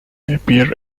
appear